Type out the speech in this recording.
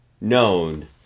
known